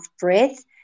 breath